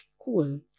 Cool